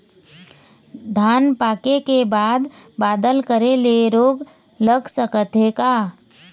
धान पाके के बाद बादल करे ले रोग लग सकथे का?